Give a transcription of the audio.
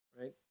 right